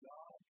God